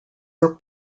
were